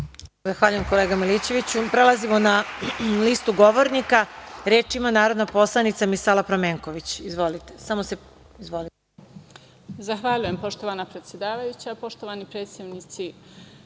Zahvaljujem kolega Milićeviću. Prelazimo na listu govornika. Reč ima narodna poslanica Misala Pramenković. Izvolite.